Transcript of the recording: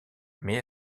mais